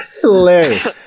Hilarious